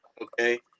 Okay